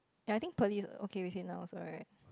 ya I think Pearly is okay with him now also right